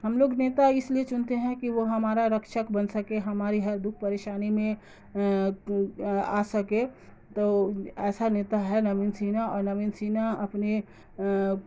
ہم لوگ نیتا اس لیے چنتے ہیں کہ وہ ہمارا رکشک بن سکے ہماری ہر دکھ پریشانی میں آ سکے تو ایسا نیتا ہے نوین سنہا اور نوین سنہا اپنی